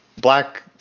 Black